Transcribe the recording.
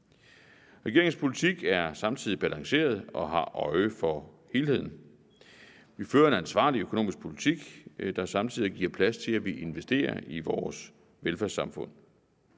Regeringens politik er samtidig balanceret og har øje for helheden. Vi fører en ansvarlig økonomisk politik, der samtidig giver plads til, at vi investerer i vores velfærdssamfund.